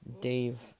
dave